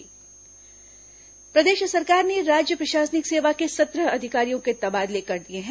तबादला प्रदेश सरकार ने राज्य प्रशासनिक सेवा के सत्रह अधिकारियों के तबादले कर दिए हैं